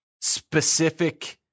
specific